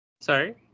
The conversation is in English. Sorry